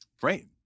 Great